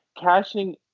cashing